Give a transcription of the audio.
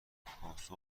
پاسخی